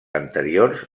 anteriors